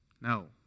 No